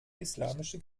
islamische